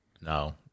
No